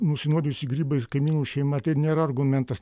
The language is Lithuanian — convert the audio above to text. nusinuodijusi grybais kaimynų šeima tai nėra argumentas